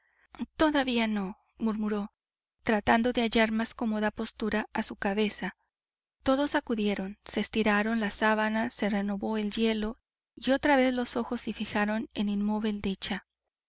todavía no murmuró tratando de hallar más cómoda postura a su cabeza todos acudieron se estiraron las sábanas se renovó el hielo y otra vez los ojos se fijaron en inmóvil dicha